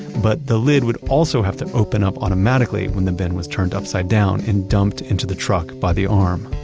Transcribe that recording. but the lid would also have to open up automatically when the bin was turned upside down and dumped into the truck by the arm.